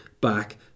back